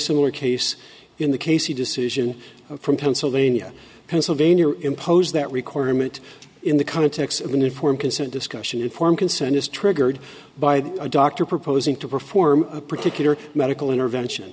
similar case in the casey decision from pennsylvania pennsylvania or impose that recorder meant in the context of an informed consent discussion informed consent is triggered by a doctor proposing to perform a particular medical intervention